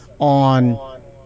on